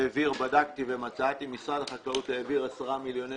בדקתי ומצאתי שמשרד החקלאות העביר 10 מיליוני